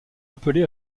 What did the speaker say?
appelé